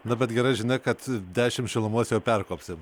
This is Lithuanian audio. na bet gera žinia kad dešim šilumos jau perkopsim